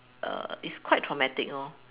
err it's quite traumatic lor